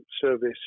service